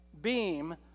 beam